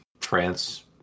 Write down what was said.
France